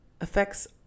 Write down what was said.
affects